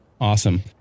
Awesome